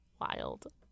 wild